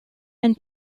and